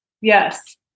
Yes